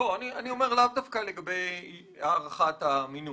-- לאו דווקא לגבי הארכת המינוי.